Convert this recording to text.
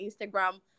Instagram